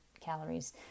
calories